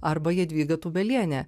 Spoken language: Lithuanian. arba jadvyga tūbelienė